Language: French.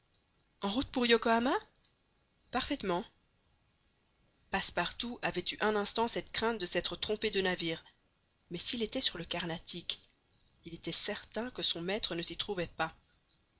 en route pour yokohama parfaitement passepartout avait eu un instant cette crainte de s'être trompé de navire mais s'il était sur le carnatic il était certain que son maître ne s'y trouvait pas